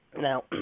now